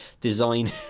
design